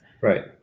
right